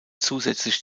zusätzlich